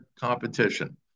competition